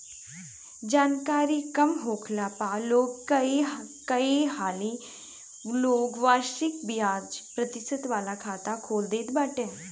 जानकरी कम होखला पअ लोग कई हाली लोग वार्षिक बियाज प्रतिशत वाला खाता खोल देत बाटे